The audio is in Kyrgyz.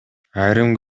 айрым